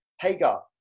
Hagar